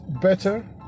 better